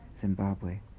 Zimbabwe